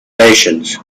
nations